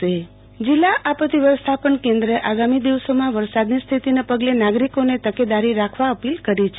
આરતી ભક્ટ જિલ્લા આપત્તિ વ્યવસ્થાપન જિલ્લા આપત્તી વ્યવસ્થાપન કેન્દ્રે આગામી દિવસોમાં વરસાદની સ્થિતિને પગલે નાગરિકોને તકેદારી રાખવા અપીલ કરી છે